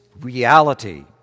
reality